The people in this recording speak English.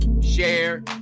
share